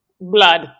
Blood